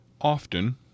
Often